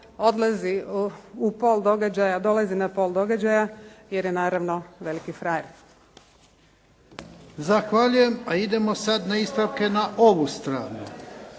odlazi u pol događaja, dolazi na pol događaja, jer je naravno veliki frajer. **Jarnjak, Ivan (HDZ)** Zahvaljujem. A idemo sad na ispravke na ovu stranu.